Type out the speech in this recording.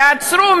תעצרו.